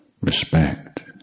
respect